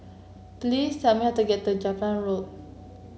please tell me how to get to Jepang Road